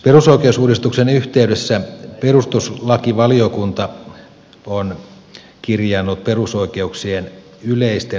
perusoikeusuudistuksen yhteydessä perus tuslakivaliokunta on kirjannut perusoikeuksien yleisten rajoitusperusteiden luettelon